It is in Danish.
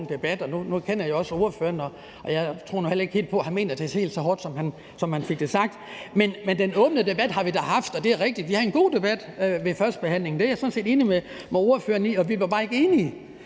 havde en god debat ved førstebehandlingen – det er jeg sådan set enig med ordføreren i – vi var bare ikke enige.